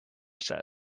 says